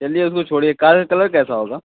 चलिए उसको छोड़िये कार का कलर कैसा होगा